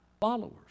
followers